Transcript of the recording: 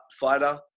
fighter